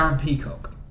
Peacock